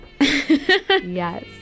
yes